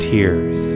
Tears